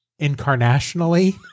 incarnationally